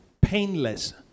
Painless